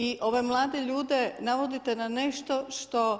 I ove mlade ljude navodite na nešto što